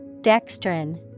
Dextrin